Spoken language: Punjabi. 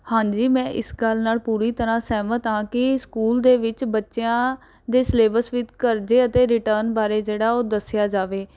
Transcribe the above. ਹਾਂਜੀ ਮੈਂ ਇਸ ਗੱਲ ਨਾਲ ਪੂਰੀ ਤਰ੍ਹਾਂ ਸਹਿਮਤ ਹਾਂ ਕਿ ਸਕੂਲ ਦੇ ਵਿੱਚ ਬੱਚਿਆਂ ਦੇ ਸਿਲੇਬਸ ਵਿੱਚ ਕਰਜ਼ੇ ਅਤੇ ਰਿਟਰਨ ਬਾਰੇ ਜਿਹੜਾ ਉਹ ਦੱਸਿਆ ਜਾਵੇ